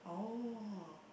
oh